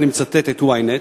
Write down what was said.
אני מצטט את Ynet,